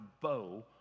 bow